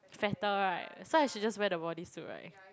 fatter right so I should just wear the bodysuit right